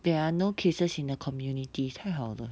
there are no cases in the community 太好了